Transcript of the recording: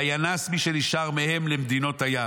וינס מי שנשאר מהם למדינות הים"